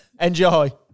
enjoy